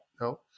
no